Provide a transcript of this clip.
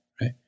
right